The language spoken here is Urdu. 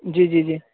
جی جی جی